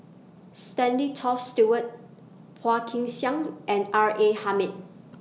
Stanley Toft Stewart Hua Kin Xiang and R A Hamid